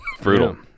Brutal